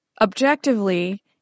objectively